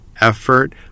effort